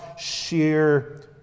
sheer